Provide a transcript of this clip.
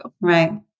Right